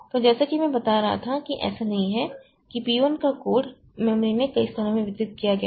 तो जैसा कि मैं बता रहा था कि ऐसा नहीं है कि P 1 का कोड मेमोरी में कई क्षेत्रों में वितरित किया गया है